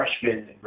freshmen